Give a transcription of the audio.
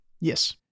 Yes